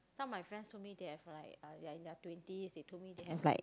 some of my friends told they have like they are in their twenties they told me they have like